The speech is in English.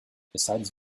besides